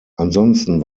ansonsten